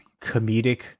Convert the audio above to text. comedic